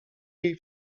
jej